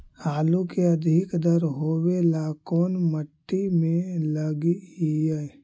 आलू के अधिक दर होवे ला कोन मट्टी में लगीईऐ?